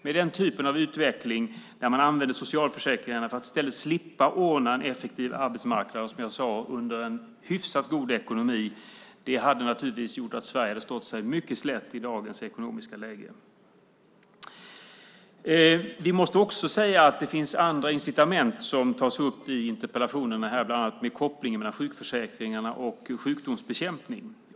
Med den typen av utveckling, där man under en hyfsat god ekonomi använde socialförsäkringarna för att slippa ordna en effektiv arbetsmarknad, skulle Sverige naturligtvis ha stått sig slätt i dagens ekonomiska läge. Vi måste också säga att det finns andra incitament som tas upp i interpellationerna, bland annat kopplingen mellan sjukförsäkringar och sjukdomsbekämpning.